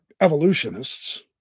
evolutionists